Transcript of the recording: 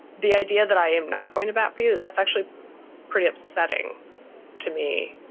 the idea that i am not going to bat for you, that's actually pretty upsetting to me.